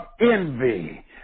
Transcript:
envy